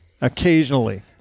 Occasionally